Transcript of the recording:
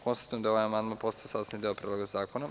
Konstatujem da je ovaj amandman postao sastavni deo Predloga zakona.